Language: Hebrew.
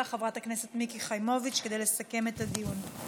חברת הכנסת מיקי חיימוביץ' לסכם את הדיון.